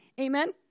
Amen